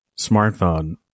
smartphone